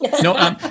No